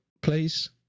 place